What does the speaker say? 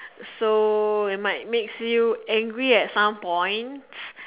so it might makes you angry at some points